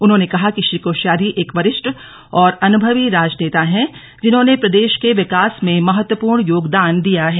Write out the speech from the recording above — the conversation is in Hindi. उन्होंने कहा कि श्री कोश्यारी एक वरिष्ठ और अनुमवी राजनेता हैं जिन्होंने प्रदेश के विकास में महत्वपूर्ण योगदान दिया है